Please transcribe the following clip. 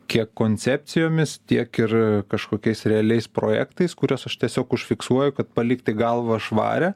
kiek koncepcijomis tiek ir kažkokiais realiais projektais kuriuos aš tiesiog užfiksuoju kad palikti galvą švarią